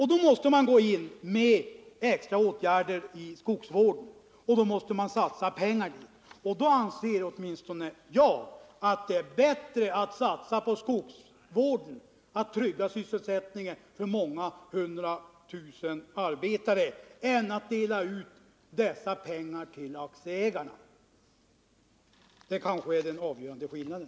Då måste man gå in med extra åtgärder i skogsvården och satsa pengar på det. Och åtminstone jag anser att det är bättre att satsa på skogsvården — att trygga sysselsättningen för många hundra tusen arbetare — än att dela ut pengar till aktieägarna. Där ligger kanske den avgörande skillnaden.